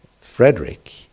Frederick